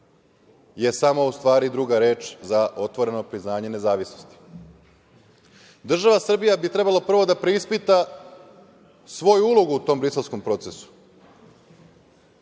je samo u stvari druga reč za otvoreno priznanje nezavisnosti. Država Srbija bi prvo trebala da preispita svoju ulogu u tom briselskom procesu